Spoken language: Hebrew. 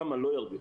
כמה לא הרוויחו.